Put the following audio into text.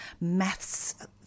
maths